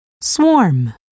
swarm